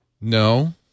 No